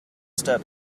step